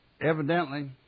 evidently